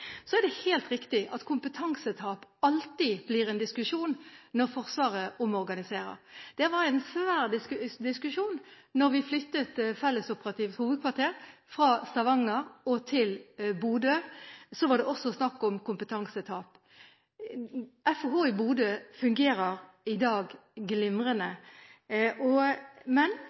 så operative og så gode som vi har satt som mål. Det er helt riktig at kompetansetap alltid blir en diskusjon når Forsvaret omorganiserer. Da vi flyttet fellesoperativt hovedkvarter fra Stavanger til Bodø, var det også snakk om kompetansetap. FHO i Bodø fungerer i dag glimrende.